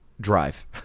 Drive